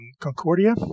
Concordia